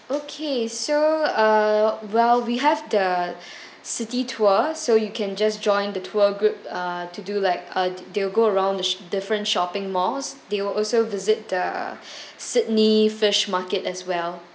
okay so err well we have the city tour so you can just join the tour group err to do like uh they'll go round the sh~ different shopping malls they will also visit the sydney fish market as well